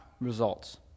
results